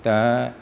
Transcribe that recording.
दा